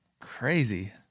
Crazy